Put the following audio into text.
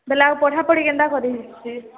ବୋଲେ ଆଉ ପଢ଼ାପଢ଼ି କେନ୍ତା କରିବ ସେ